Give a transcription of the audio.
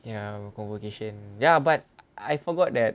ya convocation ya but I forgot that